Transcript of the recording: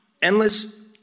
Endless